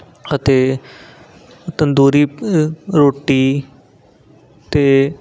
ਅਤੇ ਤੰਦੂਰੀ ਰੋਟੀ ਅਤੇ